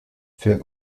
für